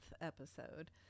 episode